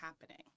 happening